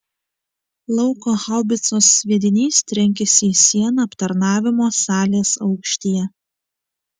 lauko haubicos sviedinys trenkėsi į sieną aptarnavimo salės aukštyje